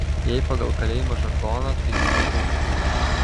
jei pagal kalėjimo žargoną tai jis petūchas